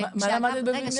מה למדת בווינגיט ?